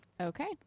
Okay